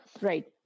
Right